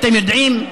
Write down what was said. אתם יודעים,